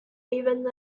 even